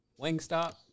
Wingstop